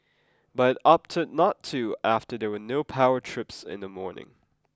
but it opted not to after there were no power trips in the morning